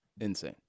Insane